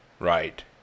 right